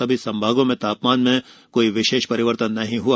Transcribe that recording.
सभी संभागों में तापमान में कोई विशेष परिवर्तन नहीं हुआ